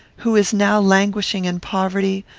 who is now languishing in poverty,